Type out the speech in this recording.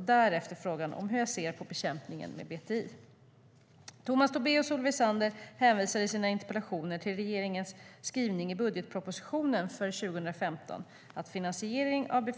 Därefter besvarar jag frågan om hur jag ser på bekämpning med BTI.Tomas Tobé och Solveig Zander hänvisar i sina interpellationer till regeringens skrivning i budgetpropositionen för 2015 om att finansiering av